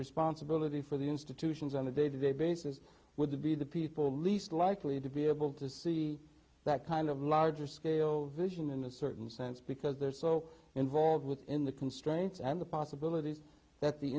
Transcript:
responsibility for the institutions on a day to day basis with the be the people least likely to be able to see that kind of larger scale vision in a certain sense because they're so involved within the constraints and the possibilities that the